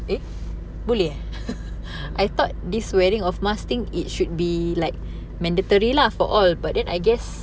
eh boleh ah I thought this wearing of mask thing it should be like mandatory lah for all but then I guess